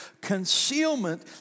Concealment